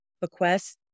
bequests